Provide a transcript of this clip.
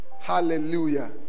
Hallelujah